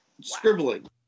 scribbling